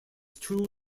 two